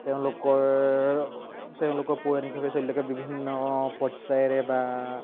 তেওঁলোকৰ তেওঁলোকৰ পৌৰাণিকভাৱে চলি থাকে বিভিন্ন পৰ্যায়েৰে বা